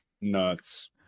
Nuts